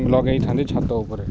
ଲଗେଇଥାନ୍ତି ଛାତ ଉପରେ